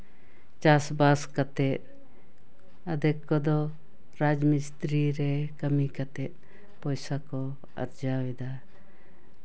ᱪᱟᱥᱼᱵᱟᱥ ᱠᱟᱛᱮᱜ ᱟᱫᱷᱮᱠ ᱠᱚᱫᱚ ᱨᱟᱡᱽᱢᱤᱥᱛᱤᱨᱤ ᱨᱮ ᱠᱟᱹᱢᱤ ᱠᱟᱛᱮᱜ ᱯᱚᱭᱥᱟ ᱠᱚ ᱟᱨᱡᱟᱣ ᱮᱫᱟ